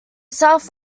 south